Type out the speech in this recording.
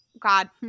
God